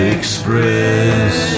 Express